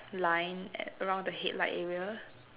line at around the headlight area